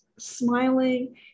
Smiling